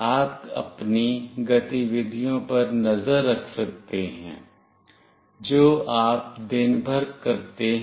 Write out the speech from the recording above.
आप अपनी गतिविधियों पर नज़र रख सकते हैं जो आप दिन भर करते हैं